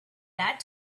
that